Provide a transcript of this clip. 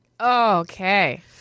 Okay